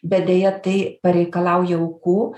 bet deja tai pareikalauja aukų